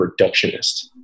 reductionist